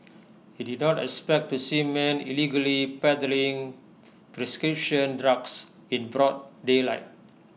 he did not expect to see men illegally peddling prescription drugs in broad daylight